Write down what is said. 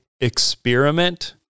experiment